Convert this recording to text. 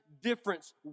difference